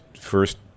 first